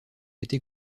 été